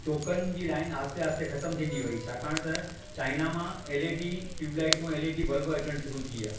चोखनि जी लाइन आहिस्ते आहिस्ते खतमु थींदी वई छाकाणि त चाइना मां L E D tube light L E D bulb अचनि शुरू थी विया